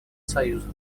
союза